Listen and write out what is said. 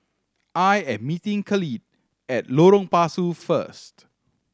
I am meeting Khalid at Lorong Pasu first